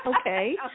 okay